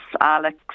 Alex